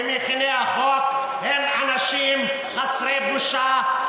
מכיני החוק הם אנשים חסרי בושה,